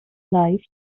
life